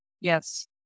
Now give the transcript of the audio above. Yes